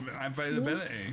availability